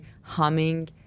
humming